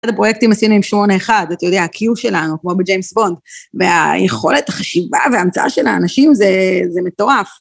אחד הפרויקטים עשינו עם 81, את יודעת, הקיו שלנו, כמו בג'יימס בוונד, והיכולת החשיבה ההמצאה של האנשים, זה מטורף.